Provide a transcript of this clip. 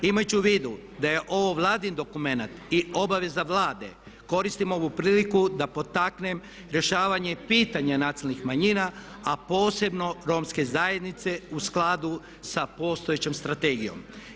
Imajući u vidu da je ovo Vladin dokumenat i obaveza Vlade koristim ovu priliku da potaknem rješavanje pitanja nacionalnih manjina a posebno Romske zajednice u skladu sa postojećom strategijom.